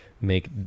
make